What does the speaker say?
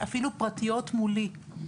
אפילו פרטיות, מולי.